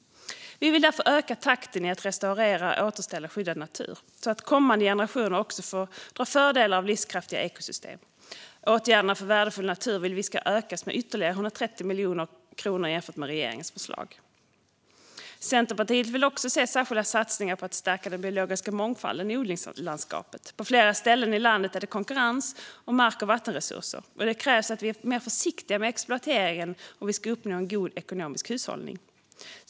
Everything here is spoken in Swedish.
Vi vill därför öka takten i arbetet med att restaurera och återställa skyddad natur så att även kommande generationer får dra fördel av livskraftiga ekosystem. Åtgärderna för värdefull natur vill vi ska ökas med ytterligare 130 miljoner kronor jämfört med regeringens förslag. Centerpartiet vill också se särskilda satsningar på att stärka den biologiska mångfalden i odlingslandskapet. På flera ställen i landet är det konkurrens om mark och vattenresurser, och det krävs att vi är mer försiktiga med exploateringen om vi ska uppnå en god ekonomisk hushållning.